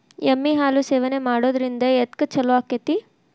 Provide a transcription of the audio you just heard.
ಎಮ್ಮಿ ಹಾಲು ಸೇವನೆ ಮಾಡೋದ್ರಿಂದ ಎದ್ಕ ಛಲೋ ಆಕ್ಕೆತಿ?